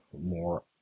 more